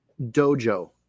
Dojo